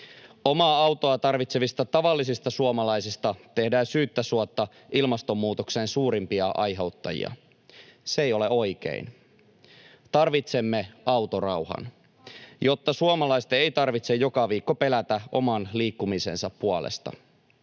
Omaa autoa tarvitsevista tavallisista suomalaisista tehdään syyttä suotta ilmastonmuutoksen suurimpia aiheuttajia. Se ei ole oikein. Tarvitsemme autorauhan, jotta suomalaisten ei tarvitse joka viikko pelätä oman liikkumisensa puolesta,